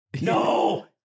No